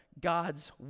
God's